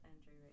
Andrew